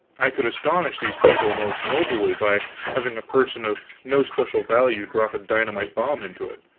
i could astonish these people most nobly by having a person of no especial value drop a dynamite bomb into it.